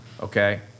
Okay